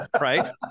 right